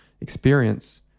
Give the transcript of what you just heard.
experience